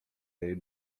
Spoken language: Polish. jej